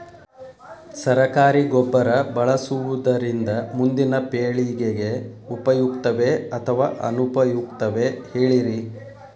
ಸರಕಾರಿ ಗೊಬ್ಬರ ಬಳಸುವುದರಿಂದ ಮುಂದಿನ ಪೇಳಿಗೆಗೆ ಉಪಯುಕ್ತವೇ ಅಥವಾ ಅನುಪಯುಕ್ತವೇ ಹೇಳಿರಿ